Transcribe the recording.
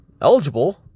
eligible